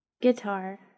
Guitar